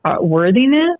worthiness